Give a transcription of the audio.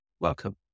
welcome